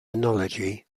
analogy